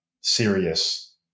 serious